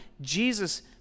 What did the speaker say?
Jesus